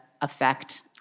affect